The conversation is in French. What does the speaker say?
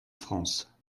france